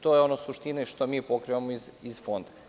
To je suština i ono što mi pokrivamo iz Fonda.